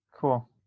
Cool